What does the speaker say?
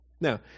Now